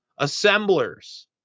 Assemblers